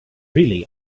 really